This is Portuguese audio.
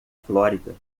flórida